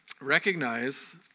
recognize